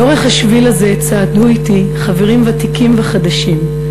לאורך השביל הזה צעדו אתי חברים ותיקים וחדשים,